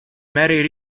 mary